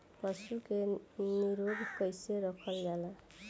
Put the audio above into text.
पशु के निरोग कईसे रखल जाला?